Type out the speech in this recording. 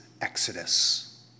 exodus